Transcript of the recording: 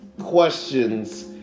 questions